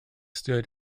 stood